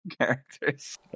characters